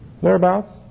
Thereabouts